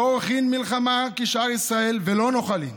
לא עורכין מלחמה כשאר ישראל, ולא נוחלין,